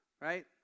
right